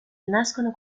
nascono